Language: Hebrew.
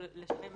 גם לשלם